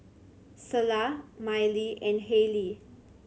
Selah Miley and Halie